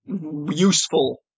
useful